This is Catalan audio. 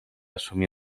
assumir